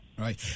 Right